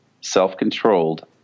self-controlled